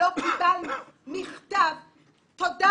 לא קבלנו אפילו מכתב "תודה,